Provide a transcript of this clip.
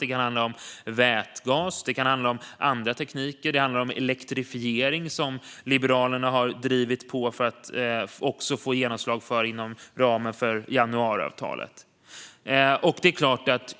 Det kan handla om vätgas eller andra tekniker. Det kan även handla om elektrifiering, som Liberalerna också har drivit på för att få genomslag för inom ramen för januariavtalet.